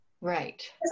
Right